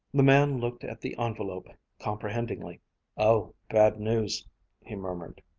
the man looked at the envelope comprehendingly oh bad news he murmured.